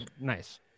nice